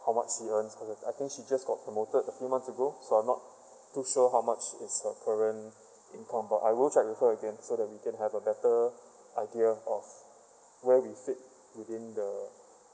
how much she earns I think she just got promoted a few months ago so I'm not too sure how much is her current income but I will check with her again so that we can have a better idea of where we fit within the